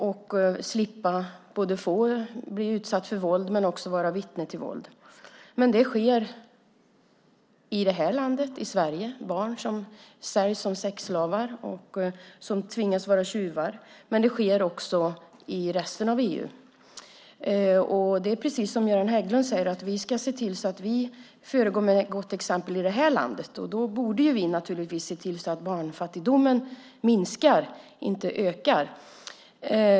De ska både slippa att bli utsatta för våld och vara vittnen till våld. Det sker i det här landet. Det finns barn som säljs som sexslavar och som tvingas vara tjuvar. Men det sker också i resten av EU. Det är precis som Göran Hägglund säger. Vi ska se till att vi föregår med gott exempel i det här landet. Vi borde se till att barnfattigdomen minskar och inte ökar.